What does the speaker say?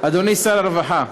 אדוני שר הרווחה,